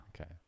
Okay